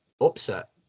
upset